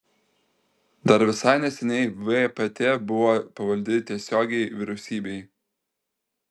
dar visai neseniai vpt buvo pavaldi tiesiogiai vyriausybei